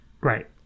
Right